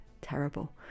terrible